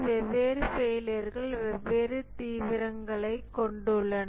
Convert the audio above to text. வெவ்வேறு ஃபெயிலியர்கள் வெவ்வேறு தீவிரங்களைக் கொண்டுள்ளன